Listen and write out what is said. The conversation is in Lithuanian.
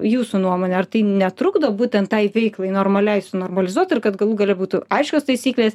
jūsų nuomone ar tai netrukdo būtent tai veiklai normaliai sunormalizuot ir kad galų gale būtų aiškios taisyklės